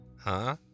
Huh